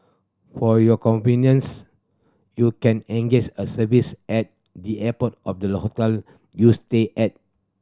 for your convenience you can engage a service at the airport or the hotel you stay at